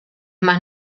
más